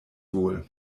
wohl